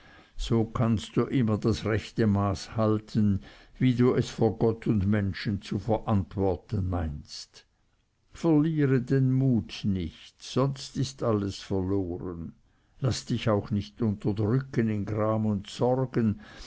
so kannst du immer das rechte maß halten wie du es vor gott und menschen zu verantworten meinst verliere den mut nicht sonst ist alles verloren laß dich auch nicht unterdrücken in gram und sorgen